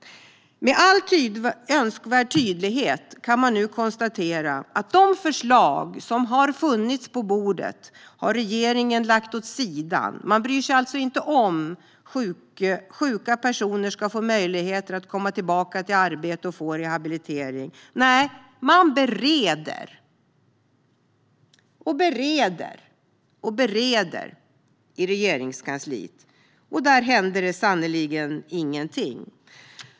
Med all önskvärd tydlighet framgår det att regeringen har lagt åt sidan de förslag som har funnits på bordet. Man bryr sig alltså inte om att sjuka personer ska få möjligheter att komma tillbaka till arbete och få rehabilitering. Nej, man bereder, bereder och bereder i Regeringskansliet. Och där händer det sannerligen ingenting.